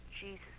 jesus